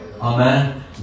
Amen